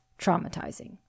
traumatizing